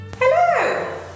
Hello